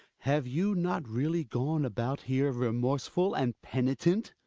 have you not really gone about here remorseful and penitent?